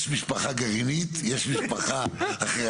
יש משפחה גרעינית, יש משפחה אחרת.